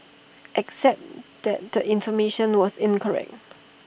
except that the information was incorrect